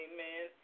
Amen